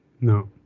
No